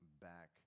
back